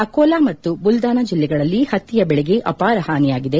ಅಕೋಲಾ ಮತ್ನ ಬುಲ್ದಾನ ಜಿಲ್ಲೆಗಳಲ್ಲಿ ಹತ್ತಿಯ ಬೆಳೆಗೆ ಅಪಾರ ಹಾನಿಯಾಗಿದೆ